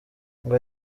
ngo